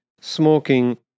smoking